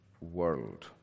world